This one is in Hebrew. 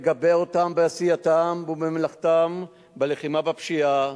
מגבה אותם בעשייתם ובמלאכתם בלחימה בפשיעה,